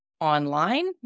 online